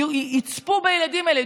יצפו בילדים האלה,